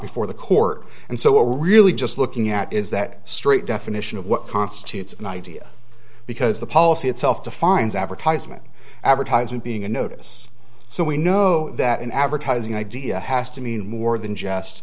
before the court and so what we're really just looking at is that straight definition of what constitutes an idea because the policy itself defines advertisement advertisement being a notice so we know that an advertising idea has to mean more than just